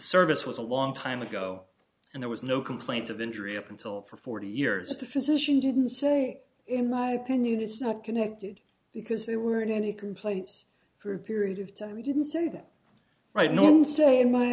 service was a long time ago and there was no complaint of injury up until for forty years to physician didn't say in my opinion it's not connected because they were in any complaints for a period of time you didn't say that right no